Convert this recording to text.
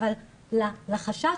אבל לחשש,